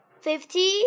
fifty